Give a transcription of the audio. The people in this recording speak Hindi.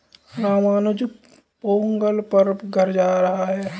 रामानुज पोंगल पर घर जा रहा है